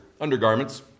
undergarments